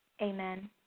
Amen